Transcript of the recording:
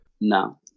No